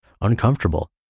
uncomfortable